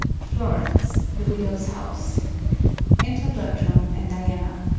florence. the widow's house enter bertram and diana